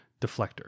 deflector